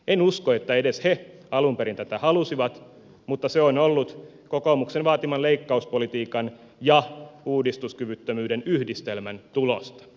en usko että edes he alun perin tätä halusivat mutta se on ollut kokoomuksen vaatiman leikkauspolitiikan ja uudistuskyvyttömyyden yhdistelmän tulosta